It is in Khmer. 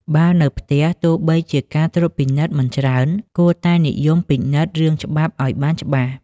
បើនៅផ្ទះទោះបីជាការត្រួតពិនិត្យមិនច្រើន គួរតែនិយមពិនិត្យរឿងច្បាប់ឲ្យបានច្បាស់។